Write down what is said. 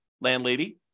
landlady